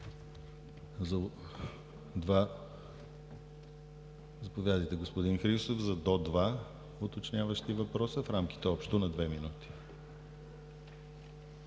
Заповядайте, господин Христов, за до два уточняващи въпроса в рамките на общо на две минути.